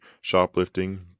shoplifting